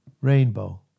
rainbow